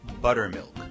buttermilk